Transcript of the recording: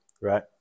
Right